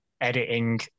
editing